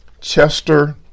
Chester